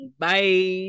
bye